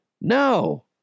No